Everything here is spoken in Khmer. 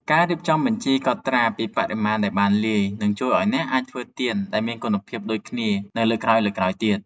ការរៀបចំបញ្ជីកត់ត្រាពីបរិមាណដែលបានលាយ នឹងជួយឱ្យអ្នកអាចធ្វើទៀនដែលមានគុណភាពដូចគ្នានៅលើកក្រោយៗទៀត។